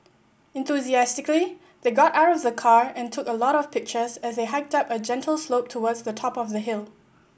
enthusiastically they got out of the car and took a lot of pictures as they hiked up a gentle slope towards the top of the hill